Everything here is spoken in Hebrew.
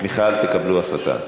מיכל, תקבלו החלטה.